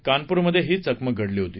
कानपूरमध्ये ही चकमक घडली होती